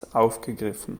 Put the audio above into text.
aufgegriffen